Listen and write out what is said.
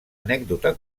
anècdota